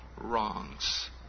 wrongs